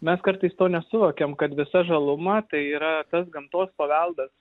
mes kartais to nesuvokiam kad visa žaluma tai yra tas gamtos paveldas